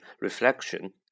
reflection